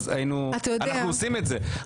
אז היינו עושים את זה,